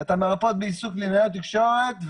את המרפאות בעיסוק וקלינאיות תקשורת והתזונאיות.